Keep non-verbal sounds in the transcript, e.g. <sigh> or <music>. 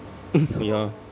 <noise> ya